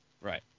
Right